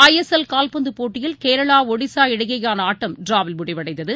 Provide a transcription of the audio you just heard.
ஐ S L கால்பந்தப் போட்டியில் கேரளா ஒடிசா இடையேயானஆட்டம் டிராவில் முடிவடைந்தது